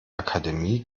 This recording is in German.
akademie